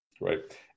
right